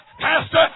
Pastor